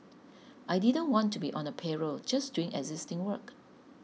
I didn't want to be on a payroll just doing existing work